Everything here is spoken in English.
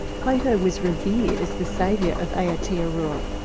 plato was revered as the saviour of aotearoa,